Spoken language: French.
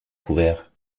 couverts